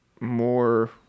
more